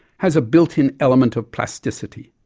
has a built-in element of plasticity.